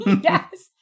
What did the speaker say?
Yes